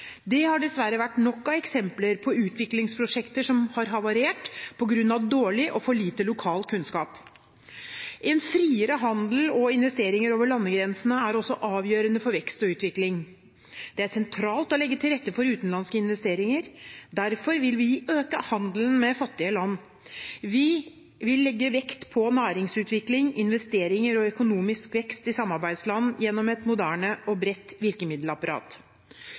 Det har dessverre vært nok av eksempler på utviklingsprosjekter som har havarert på grunn av dårlig og for lite lokal kunnskap. En friere handel og investeringer over landegrensene er også avgjørende for vekst og utvikling. Det er sentralt å legge til rette for utenlandske investeringer. Derfor vil vi øke handelen med fattige land. Vi vil legge vekt på næringsutvikling, investeringer og økonomisk vekst i samarbeidsland gjennom et moderne og bredt virkemiddelapparat.